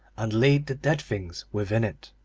and laid the dead things within it.